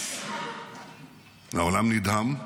והעולם נדהם,